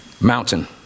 mountain